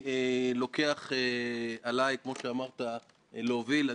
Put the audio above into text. אבל חבר כנסת אני אהיה ובהחלט בכוונתי לקדם את הדברים האלה.